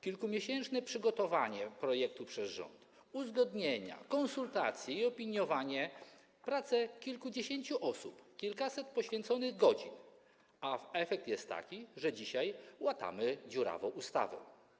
Kilkumiesięczne przygotowanie projektu przez rząd, uzgodnienia, konsultacje i opiniowanie, praca kilkudziesięciu osób, kilkaset poświęconych godzin, a efekt jest taki, że dzisiaj łatamy dziurawą ustawę.